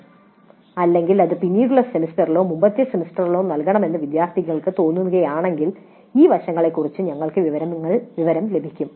" അല്ലെങ്കിൽ ഇത് പിന്നീടുള്ള സെമസ്റ്ററിലോ മുമ്പത്തെ സെമസ്റ്ററിലോ നൽകണമെന്ന് വിദ്യാർത്ഥികൾക്ക് തോന്നുകയാണെങ്കിൽ ഈ വശങ്ങളെക്കുറിച്ചുള്ള വിവരങ്ങൾ ഞങ്ങൾക്ക് ലഭിക്കും